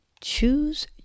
choose